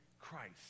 Christ